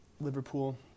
Liverpool